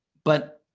but,